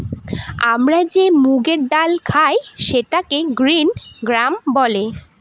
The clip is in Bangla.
আমরা যে মুগের ডাল খায় সেটাকে গ্রিন গ্রাম বলে